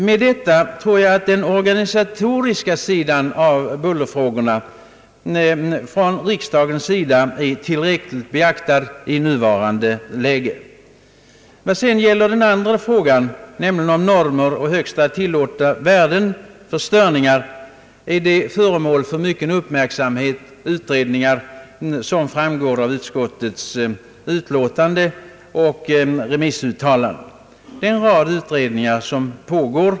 Med detta tror jag att den organisatoriska delen av bullerfrågorna är tillräckligt beaktad av riksdagen i nuvarande läge. Den andra frågan — om normer och högsta tillåtna värden för störningar — är som framgår av utskottsutlåtande och remissuttalanden föremål för mycken uppmärksamhet och många utredningar.